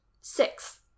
Six